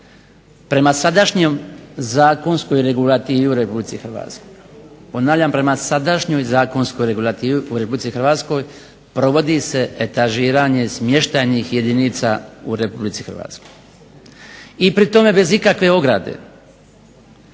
mu ja rada, vjerojatno će on to i čuti rekao da prema sadašnjem zakonskoj regulativi u Republici Hrvatskoj, provodi se etažiranje smještajnih jedinica u Republici Hrvatskoj i pri tome bez ikakve ograde